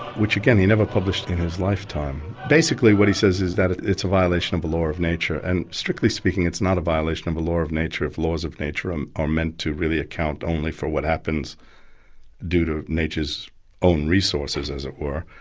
which, again, he never published in his lifetime. basically, what he says is that it's a violation of the law of nature, and strictly speaking it's not a violation of the law of nature, if laws of nature um are meant to really account only for what happens due to nature's own resources as it were.